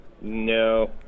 No